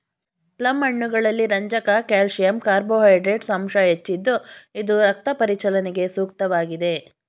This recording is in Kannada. ಪ್ಲಮ್ ಹಣ್ಣುಗಳಲ್ಲಿ ರಂಜಕ ಕ್ಯಾಲ್ಸಿಯಂ ಕಾರ್ಬೋಹೈಡ್ರೇಟ್ಸ್ ಅಂಶ ಹೆಚ್ಚಿದ್ದು ಇದು ರಕ್ತ ಪರಿಚಲನೆಗೆ ಸೂಕ್ತವಾಗಿದೆ